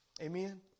Amen